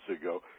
ago